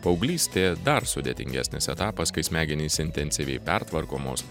paauglystė dar sudėtingesnis etapas kai smegenys intensyviai pertvarkomos